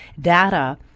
data